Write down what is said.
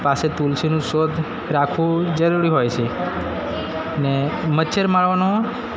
પાસે તુલસીનો છોડ રાખવો જરૂરી હોય સે ને મચ્છર મારવાનો